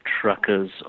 truckers